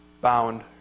bound